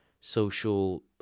social